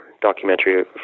documentary